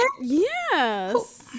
yes